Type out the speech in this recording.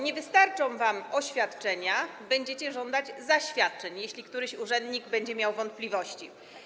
Nie wystarczą wam oświadczenia, będziecie żądać zaświadczeń, jeśli któryś urzędnik będzie miał wątpliwości.